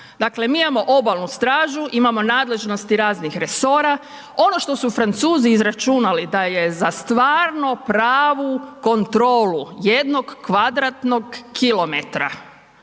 Dakle, mi imamo obalnu stražu, imamo nadležnosti raznih resora. Ono što su Francuzi izračunali da je za stvarno pravu kontrolu jednog kvadratnog kilometra